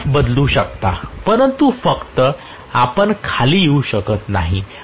प्राध्यापक आपण Rf बदलू शकता परंतु फक्त आपण खाली येऊ शकत नाही